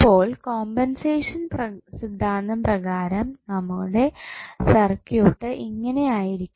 ഇപ്പോൾ കോമ്പൻസേഷൻ സിദ്ധാന്തം പ്രകാരം നമ്മുടെ സർക്യൂട്ട് ഇങ്ങനെ ആയിരിക്കും